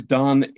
done